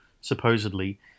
supposedly